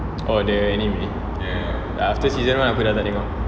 oh the anime like after season one aku dah tak tengok